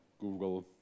Google